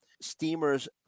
steamers